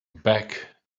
back